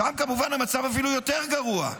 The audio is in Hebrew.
שם כמובן המצב אפילו יותר גרוע.